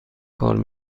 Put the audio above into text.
کار